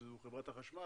שזו חברת החשמל,